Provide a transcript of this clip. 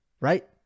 Right